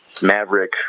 maverick